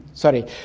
Sorry